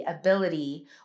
ability